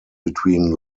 between